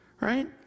right